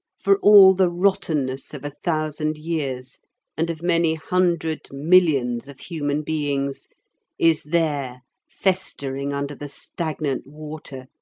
for all the rottenness of a thousand years and of many hundred millions of human beings is there festering under the stagnant water,